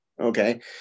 okay